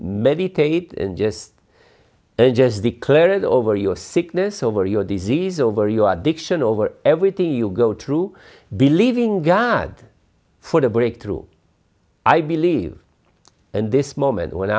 meditate and just then just declare it over your sickness over your disease over your addiction over everything you go through believing god for the breakthrough i believe and this moment when